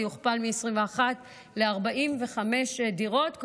זה יוכפל מ-21 ל-45 דירות,